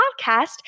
podcast